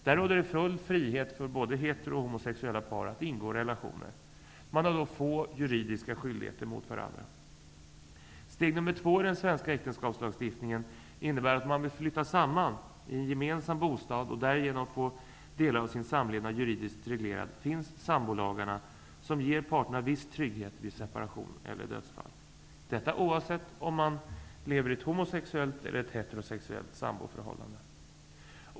Där råder det full frihet för både heterosexuella och homosexuella par att ingå relationer. Man har då få juridiska skyldigheter mot varandra. Steg nummer två i den svenska äktenskapslagstiftningen innebär att om man vill flytta samman i en gemensam bostad och därigenom få delar av sin samlevnad juridiskt reglerad finns sambolagarna som ger parterna viss trygghet vid separation eller dödsfall. Detta gäller oavsett om man lever i ett homosexuellt eller ett heterosexuellt samboförhållande.